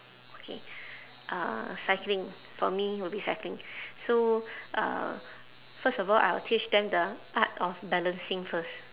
okay uh cycling for me will be cycling so uh first of all I will teach them the art of balancing first